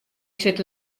sit